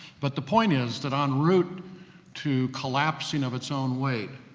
but the point is, that on route to collapsing of its own weight,